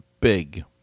big